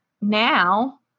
now